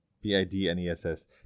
B-I-D-N-E-S-S